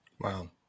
Wow